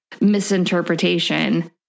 misinterpretation